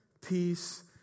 peace